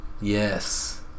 Yes